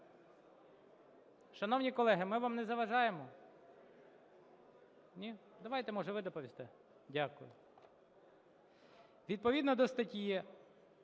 шановні колеги, ми вам не заважаємо? Ні. Давайте, може, ви доповісте? Дякую. Відповідно до статті